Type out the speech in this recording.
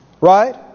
Right